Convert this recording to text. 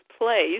place